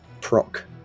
proc